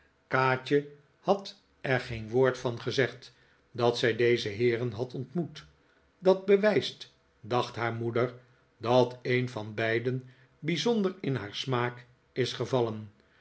kaatje had er geen woord van gezegd dat zij deze heeren had ontmoet dat bewijst dacht haar moeder dat een van beiden bijzonder in haar smaak is gevallen